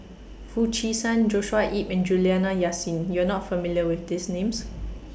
Foo Chee San Joshua Ip and Juliana Yasin YOU Are not familiar with These Names